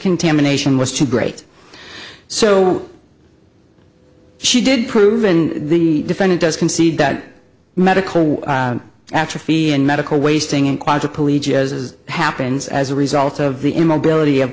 contamination was too great so she did proven the defendant does concede that medical atrophy and medical wasting and quadriplegic as happens as a result of the immobility